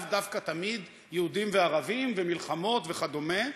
לאו דווקא תמיד יהודים וערבים ומלחמות וכדומה.